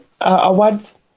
awards